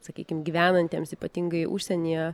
sakykim gyvenantiems ypatingai užsienyje